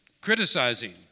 criticizing